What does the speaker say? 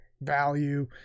value